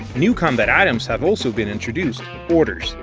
new combat items have also been introduced orders!